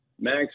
Max